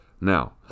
Now